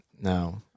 No